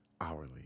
hourly